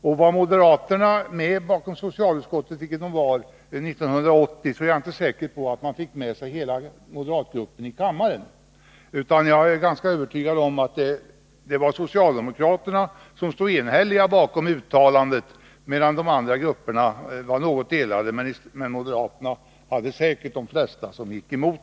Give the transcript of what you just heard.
Och även om moderaterna stod bakom socialutskottets förslag, vilket de gjorde 1980, är jag inte säker på att hela moderatgruppen i kammaren var med. Jag är ganska övertygad om att det var socialdemokraterna som enhälliga stod bakom uttalandet, medan de andra grupperna var något delade. Men av moderaterna gick säkert de flesta emot det hela.